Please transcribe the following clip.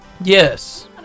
Yes